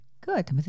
Good